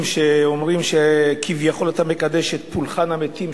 שאומרים שכביכול אתה מקדש את פולחן המתים,